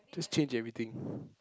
just change everything